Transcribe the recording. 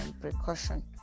precaution